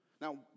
Now